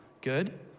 Good